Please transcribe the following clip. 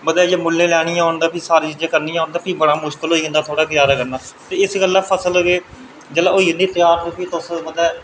मतलब मुल्लें लैनियां होग ते भी सारियां चीज़ां करनियां होग ते भी बड़ा मुशकल होई जंदा म्हाराज गुजारा करना ते इस गल्ला मतलब फसल होई जंदी जेल्लै त्यार ते तुस